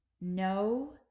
no